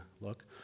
look